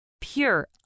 pure